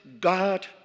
God